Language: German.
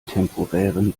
temporären